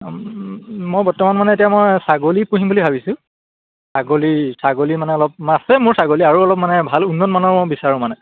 মই বৰ্তমান মানে এতিয়া মই ছাগলী পুহিম বুলি ভাবিছোঁ ছাগলী ছাগলী মানে অলপ আছে মোৰ ছাগলী আৰু অলপ মানে ভাল উন্নত মানৰ মই বিচাৰোঁ মানে